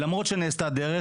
למרות שנעשתה דרך,